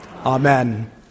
Amen